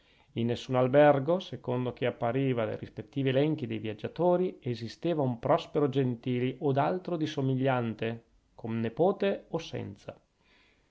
in nessun albergo secondo che appariva dai rispettivi elenchi dei viaggiatori esisteva un prospero gentili od altro di somigliante con nepote o senza